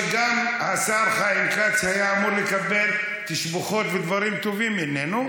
גם השר חיים כץ היה אמור לקבל תשבחות ודברים טובים ממנו,